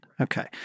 Okay